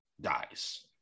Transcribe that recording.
dies